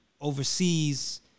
overseas